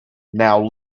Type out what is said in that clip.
now